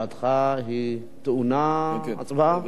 הודעתך טעונה הצבעה?